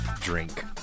drink